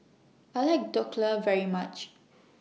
I like Dhokla very much